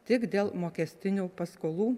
tik dėl mokestinių paskolų